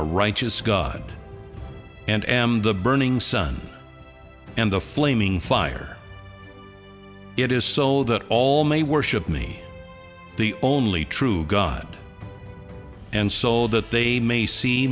a righteous god and am the burning sun and the flaming fire it is soul that all may worship me the only true god and soul that they may see